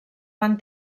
van